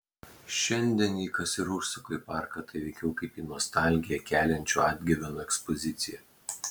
šiandien jei kas ir užsuka į parką tai veikiau kaip į nostalgiją keliančių atgyvenų ekspoziciją